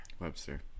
Webster